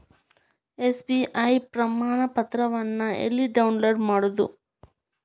SBI ಪ್ರಮಾಣಪತ್ರವನ್ನ ಎಲ್ಲೆ download ಮಾಡೊದು?